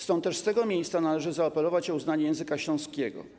Stąd też z tego miejsca należy zaapelować o uznanie języka śląskiego.